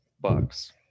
Bucks